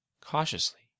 Cautiously